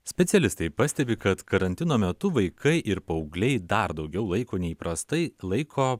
specialistai pastebi kad karantino metu vaikai ir paaugliai dar daugiau laiko nei įprastai laiko